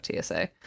TSA